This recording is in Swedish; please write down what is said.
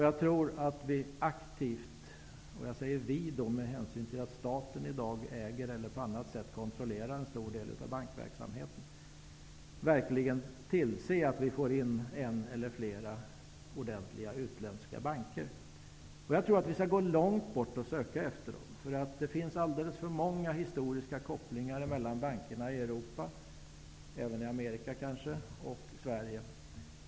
Jag tror att vi aktivt -- jag säger vi med hänsyn till att staten i dag äger eller på annat sätt kontrollerar en stor del av bankverksamheten -- måste se till att vi får in en eller flera utländska banker i landet. Jag tror att vi skall söka efter dem långt borta. Det finns alldeles för många historiska kopplingar mellan bankerna i Europa, kanske även i Amerika, och Sverige.